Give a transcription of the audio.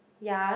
yea